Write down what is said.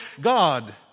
God